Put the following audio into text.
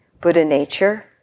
Buddha-nature